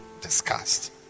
discussed